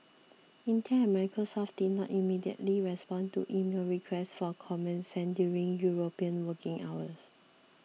Intel and Microsoft did not immediately respond to emailed requests for comment sent during European working hours